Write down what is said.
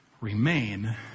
remain